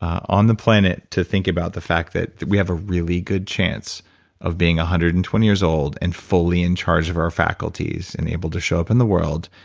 on the planet to think about the fact that we have a really good chance of being one hundred and twenty years old and fully in charge of our faculties and able to show up in the world.